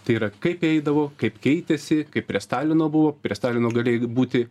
tai yra kaip eidavo kaip keitėsi kaip prie stalino buvo prie stalino galėjai būti